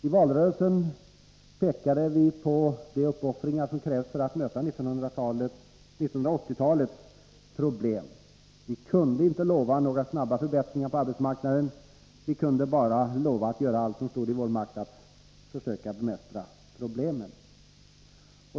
I valrörelsen pekade vi på de uppoffringar som krävdes för att vi skulle kunna möta 1980-talets problem. Vi kunde inte lova några snabba förbättringar på arbetsmarknaden. Vi kunde bara lova att göra allt som stod i vår makt för att försöka bemästra problemen.